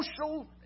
social